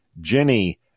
Jenny